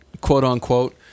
quote-unquote